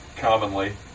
commonly